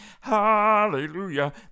hallelujah